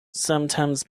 sometimes